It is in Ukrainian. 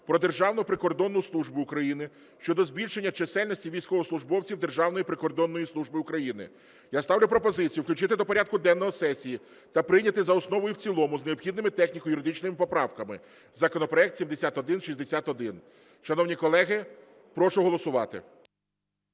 "Про Державну прикордонну службу України" щодо збільшення чисельності військовослужбовців Державної прикордонної служби України. Я ставлю пропозицію включити до порядку денного сесії та прийняти за основу і в цілому з необхідними техніко-юридичними поправками законопроект 7161. Шановні колеги, прошу голосувати.